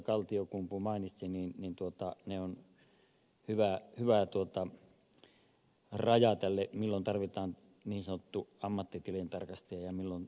kaltiokumpu mainitsi on hyvä raja tälle milloin tarvitaan ammattitilintarkastaja ja milloin mennään toiminnantarkasta jalla